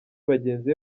bagenzi